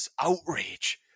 outrage